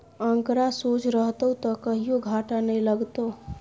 आंकड़ा सोझ रहतौ त कहियो घाटा नहि लागतौ